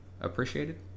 appreciated